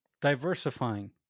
Diversifying